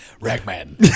Ragman